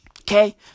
Okay